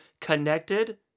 connected